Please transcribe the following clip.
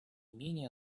менее